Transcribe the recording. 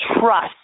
Trust